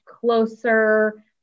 closer